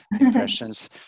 impressions